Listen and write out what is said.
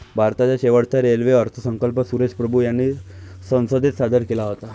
भारताचा शेवटचा रेल्वे अर्थसंकल्प सुरेश प्रभू यांनी संसदेत सादर केला होता